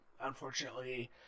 unfortunately